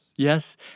Yes